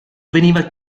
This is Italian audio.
veniva